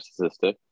narcissistic